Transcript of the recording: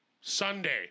Sunday